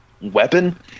weapon